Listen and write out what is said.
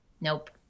Nope